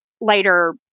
later